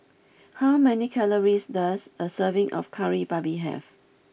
how many calories does a serving of Kari Babi have